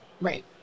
Right